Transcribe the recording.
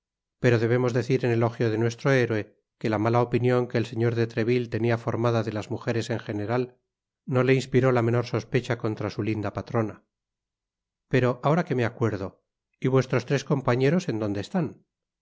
pero debemos decir en elogio de nuestro héroe que la mala opinion que el señor de treville tenia formada de las mugeres en general no le inspiró la menor sospecha contra su linda patrona pero ahora que me acuerdo y vuestros tres compañeros en donde estání